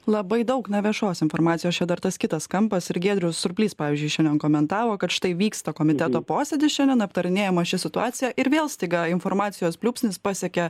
labai daug na viešos informacijos čia dar tas kitas kampas ir giedrius surplys pavyzdžiui šiandien komentavo kad štai vyksta komiteto posėdis šiandien aptarinėjama ši situacija ir vėl staiga informacijos pliūpsnis pasiekė